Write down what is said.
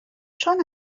چون